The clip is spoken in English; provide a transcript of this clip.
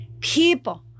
people